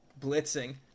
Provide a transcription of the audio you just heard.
blitzing